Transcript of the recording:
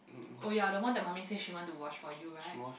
oh ya the one that mummy says she want to wash for you right